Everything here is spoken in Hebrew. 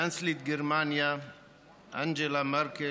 קנצלרית גרמניה אנגלה מרקל,